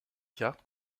cartes